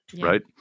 right